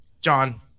John